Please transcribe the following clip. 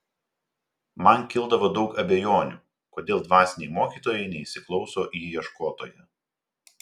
man kildavo daug abejonių kodėl dvasiniai mokytojai neįsiklauso į ieškotoją